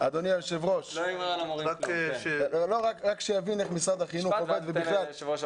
רק להבין איך עובד משרד החינוך.